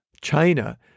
China